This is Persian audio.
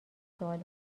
سوال